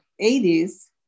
80s